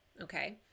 okay